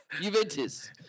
Juventus